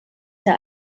der